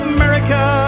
America